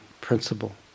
principle